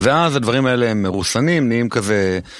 ואז הדברים האלה הם מרוסנים, נהיים כזה...